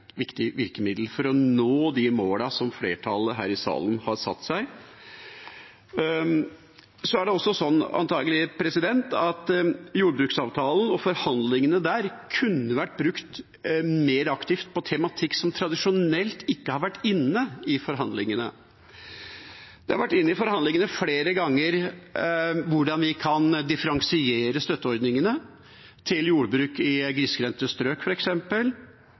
viktig virkemiddel for å nå de målene som flertallet her i salen har satt seg. Det er antakelig også sånn at jordbruksavtalen og forhandlingene kunne vært brukt mer aktivt på tematikk som tradisjonelt ikke har vært inne i forhandlingene. Det har flere ganger vært med i forhandlingene hvordan vi kan differensiere støtteordningene til jordbruk i